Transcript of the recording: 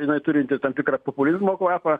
jinai turinti tam tikrą populizmo kvapą